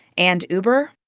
and uber.